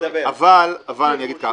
הבטיחו, שיקיימו.